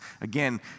Again